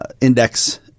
index